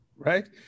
Right